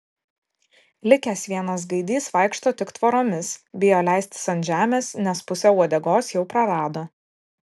likęs vienas gaidys vaikšto tik tvoromis bijo leistis ant žemės nes pusę uodegos jau prarado